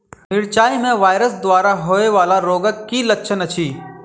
मिरचाई मे वायरस द्वारा होइ वला रोगक की लक्षण अछि?